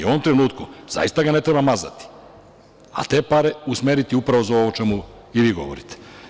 U ovom trenutku zaista ga ne treba mazati, ali te pare usmeriti upravo za ovo o čemu i vi govorite.